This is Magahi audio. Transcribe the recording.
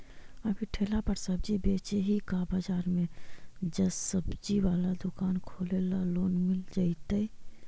अभी ठेला पर सब्जी बेच ही का बाजार में ज्सबजी बाला दुकान खोले ल लोन मिल जईतै?